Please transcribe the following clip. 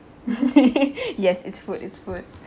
yes it's food it's food